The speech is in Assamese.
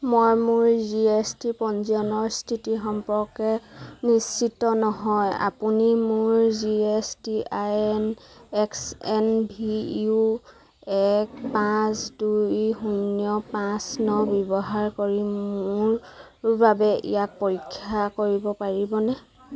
মই মোৰ জি এছ টি পঞ্জীয়নৰ স্থিতি সম্পৰ্কে নিশ্চিত নহয় আপুনি মোৰ G S T I N X N V U এক পাঁচ দুই শূন্য পাঁচ ন ব্যৱহাৰ কৰি মোৰ বাবে ইয়াক পৰীক্ষা কৰিব পাৰিবনে